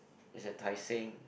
it's at Tai Seng